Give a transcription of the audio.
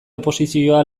oposizioa